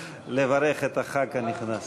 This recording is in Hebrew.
לברך את חבר הכנסת הנכנס.